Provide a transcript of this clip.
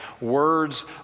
words